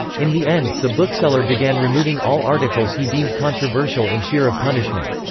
in the end, the bookseller began removing all articles he deemed controversial in fear of punishment.